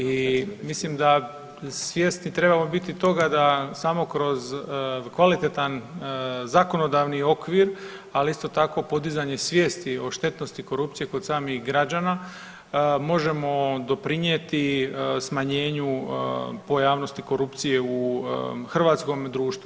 I mislim da svjesni trebamo biti toga da samo kroz kvalitetan zakonodavni okvir, ali isto tako podizanje svijesti o štetnosti korupcije kod samih građana možemo doprinjeti smanjenju pojavnosti korupcije u hrvatskom društvu.